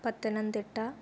Pathanamthitta